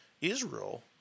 Israel